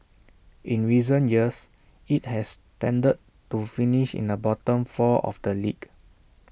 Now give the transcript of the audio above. in recent years IT has tended to finish in the bottom four of the league